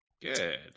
good